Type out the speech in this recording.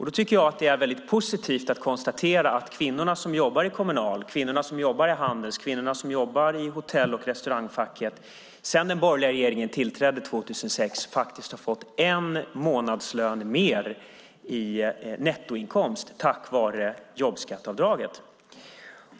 Då tycker jag att det är väldigt positivt att konstatera att kvinnorna som jobbar i Kommunal, kvinnorna som jobbar i Handels och kvinnorna som jobbar i Hotell och Restaurangfacket sedan den borgerliga regeringen tillträdde 2006 faktiskt har fått en månadslön mer i nettoinkomst tack vare jobbskatteavdraget.